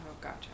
gotcha